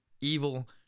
evil